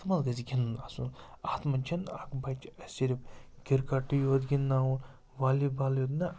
اَتھ منٛز گَژھِ گِنٛدُن آسُن اَتھ منٛز چھِنہٕ اَکھ بَچہِ اَسہِ صرف کِرکَٹٕے یوت گِنٛدناوُن والی بال یوت نہٕ